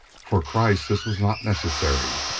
for kreiss this was not necessary.